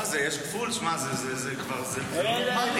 מה זה, יש גבול, זה כבר לא נורמלי.